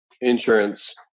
insurance